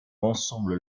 ensemble